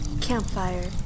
Campfire